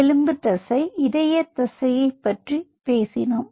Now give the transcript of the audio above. எலும்பு தசை இதய தசையைப் பற்றி பேசினோம்